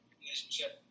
relationship